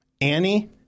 Annie